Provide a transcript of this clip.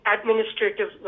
administrative